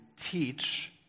teach